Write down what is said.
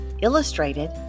illustrated